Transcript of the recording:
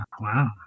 Wow